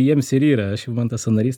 jiems ir yra man tas sanarys